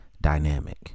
dynamic